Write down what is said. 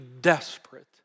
desperate